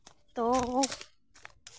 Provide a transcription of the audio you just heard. ᱛᱚ